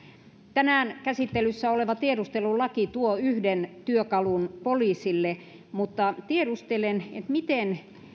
tänään käsittelyssä oleva tiedustelulaki tuo yhden työkalun poliisille mutta tiedustelen miten